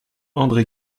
andré